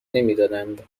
نمیدادند